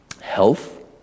health